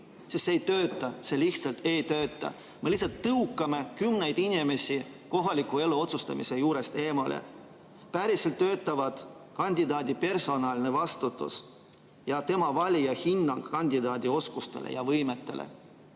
sest see ei tööta. See lihtsalt ei tööta! Me lihtsalt tõukame kümneid inimesi kohaliku elu üle otsustamise juurest eemale. Päriselt töötavad kandidaadi personaalne vastutus ja tema valija hinnang kandidaadi oskustele ja võimetele.